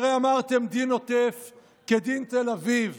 כי הרי אמרתם: דין העוטף כדין תל אביב,